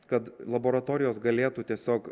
kad laboratorijos galėtų tiesiog